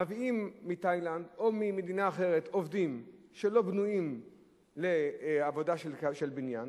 מביאים מתאילנד או ממדינה אחרת עובדים שלא בנויים לעבודה של בניין.